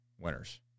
winners